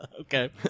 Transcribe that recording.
Okay